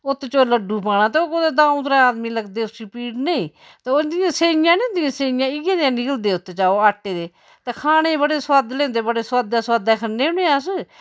उत्त च ओह् लड्डू पाना ते ओह् कुतै द'ऊ त्रै आदमी लगदे उसी नपीड़ने गी ते ओह् जियां सेइयां नी होंदिया सेइयां इयै जेह् निकलदे उत्त चा ओह् आटे दे ते खाने गी बड़े सुआदले होंदे बड़े सुआदै सुआदै खन्ने होन्ने अस